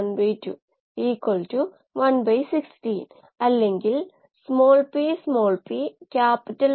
number 27 scale അപ്പിനെ കുറിച്ചാണ് Garcia ഒച്ചോവയെക്കുറിച്ച് നമ്മൾ സംസാരിച്ചു